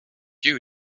you